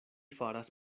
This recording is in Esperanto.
faras